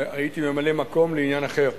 הייתי ממלא-מקום לעניין אחר.